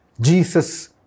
Jesus